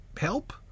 help